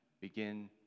begin